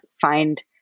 find